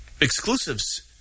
exclusives